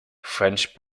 french